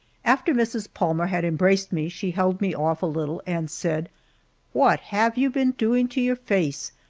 after mrs. palmer had embraced me she held me off a little and said what have you been doing to your face?